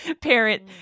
parent